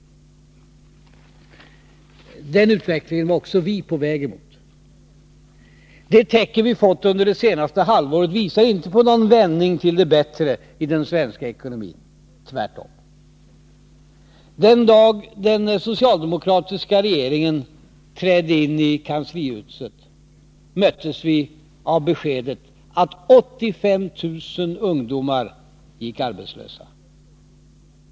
Den utvecklingen var också vi på väg mot. De tecken vi fått under det senaste halvåret visar inte på någon vändning till det bättre i den svenska ekonomin — tvärtom. Den dag den socialdemokratiska regeringen trädde in i kanslihuset möttes vi av beskedet att 85 000 ungdomar gick arbetslösa.